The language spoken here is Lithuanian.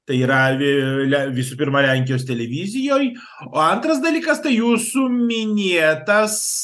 tai yra vi le visų pirma lenkijos televizijoj o antras dalykas tai jūsų minėtas